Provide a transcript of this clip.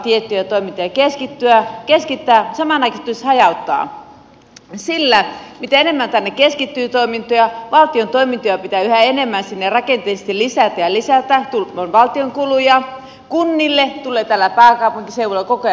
järkevää on tiettyjä toimintoja keskittää mutta samanaikaisesti tulisi hajauttaa sillä mitä enemmän tänne keskittyy toimintoja valtion toimintoja pitää yhä enemmän sinne rakenteellisesti lisätä ja lisätä tulee valtiolle kuluja kunnille tulee täällä pääkaupunkiseudulla koko ajan lisää kuluja